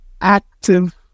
active